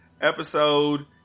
episode